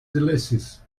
delicious